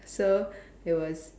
so it was